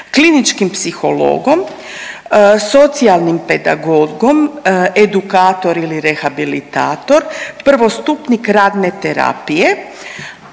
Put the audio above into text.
kliničkim psihologom, socijalnim pedagogom, edukator ili rehabilitator, prvostupnik radne terapije,